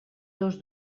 dos